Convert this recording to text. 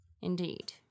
Indeed